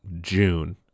June